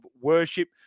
worship